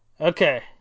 Okay